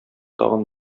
тагын